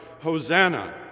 Hosanna